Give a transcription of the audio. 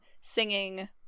singing